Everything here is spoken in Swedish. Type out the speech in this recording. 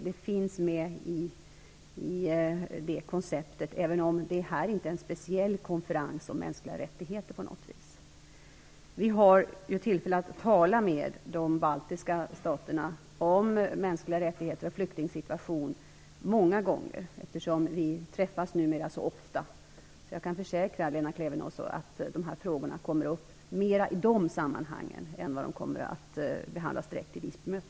Det finns med i det konceptet även om detta inte på något vis är en konferens speciellt om mänskliga rättigheter. Vi har många gånger tillfälle att tala med de baltiska staterna om mänskliga rättigheter och flyktingsituationen, eftersom vi numera träffas så ofta. Jag kan försäkra Lena Klevenås att dessa frågor kommer upp mer i dessa sammanhang än att de direkt kommer att behandlas vid Visbymötet.